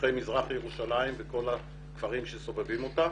שפכי מזרח ירושלים וכל הכפרים שסובבים אותה.